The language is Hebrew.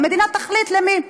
והמדינה תחליט למי.